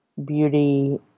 beauty